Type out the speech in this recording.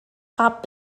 top